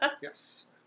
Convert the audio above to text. Yes